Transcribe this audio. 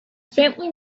faintly